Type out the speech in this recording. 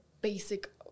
basic